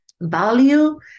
value